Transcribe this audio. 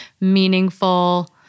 meaningful